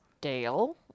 Dale